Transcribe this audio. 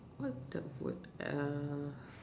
what's the word uh